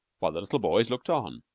while the little boys looked on.